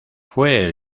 fue